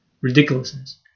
ridiculousness